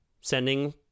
sending